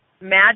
magic